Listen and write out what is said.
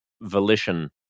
volition